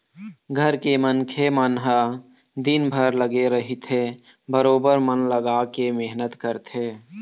घर के मनखे मन ह दिनभर लगे रहिथे बरोबर मन लगाके मेहनत करथे